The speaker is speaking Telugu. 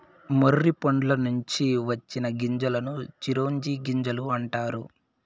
మొర్రి పండ్ల నుంచి వచ్చిన గింజలను చిరోంజి గింజలు అంటారు